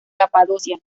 capadocia